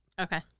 Okay